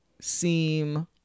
seem